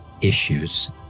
issues